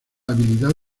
habilidad